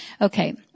Okay